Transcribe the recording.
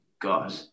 God